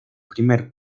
primer